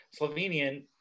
Slovenian